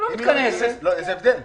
זה הבדל.